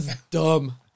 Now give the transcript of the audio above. dumb